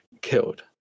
killed